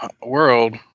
world